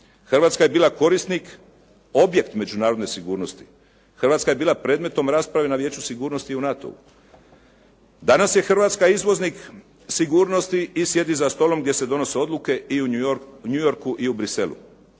Hrvatska je bila korisnik, objekt međunarodne sigurnosti. Hrvatska je bila predmetom rasprave na Vijeću sigurnosti u NATO-u. Danas je Hrvatska izvoznik sigurnosti i sjedi za stolom gdje se donose odluke i u New Yorku i u Bruxellesu.